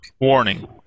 warning